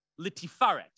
litifaret